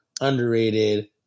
underrated